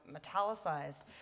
metallicized